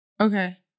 Okay